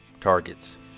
targets